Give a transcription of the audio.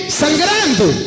sangrando